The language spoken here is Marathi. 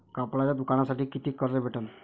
कापडाच्या दुकानासाठी कितीक कर्ज भेटन?